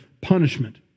Punishment